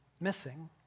missing